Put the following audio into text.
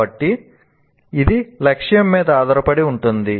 కాబట్టి ఇది లక్ష్యం మీద ఆధారపడి ఉంటుంది